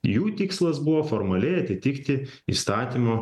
jų tikslas buvo formaliai atitikti įstatymo